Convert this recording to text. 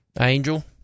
Angel